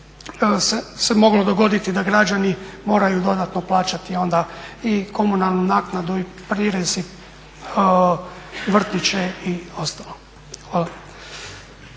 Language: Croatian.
se moglo dogoditi da građani moraju dodatno plaćati onda i komunalnu naknadu i prirez i vrtiće i ostalo. Hvala.